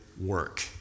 work